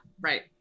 right